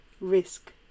risk